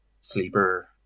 sleeper